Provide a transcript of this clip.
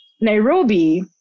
Nairobi